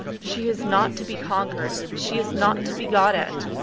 she is not to be conquered. she is not to be got at.